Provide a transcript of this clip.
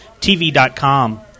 TV.com